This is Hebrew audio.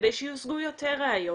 כדי שיושגו יותר ראיות,